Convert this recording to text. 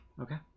okay